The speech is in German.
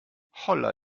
holla